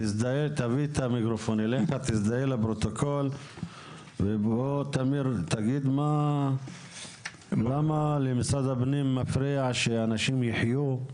תזדהה לפרוטוקול ובוא תגיד למה למשרד הפנים מפריע שאנשים יחיו,